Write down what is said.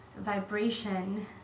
vibration